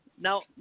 now